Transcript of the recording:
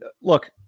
Look